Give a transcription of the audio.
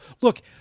look